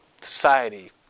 society